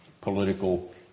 political